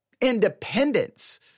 independence